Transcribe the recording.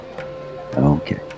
Okay